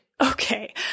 Okay